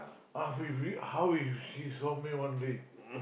how if he how if she saw me one day